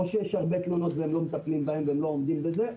או שיש הרבה תלונות והם לא מטפלים בהן והם לא עומדים בזה,